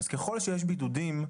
אז ככל שיש בידודים,